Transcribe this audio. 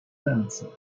dancer